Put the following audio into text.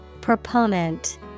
Proponent